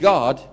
God